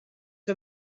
que